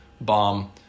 bomb